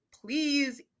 please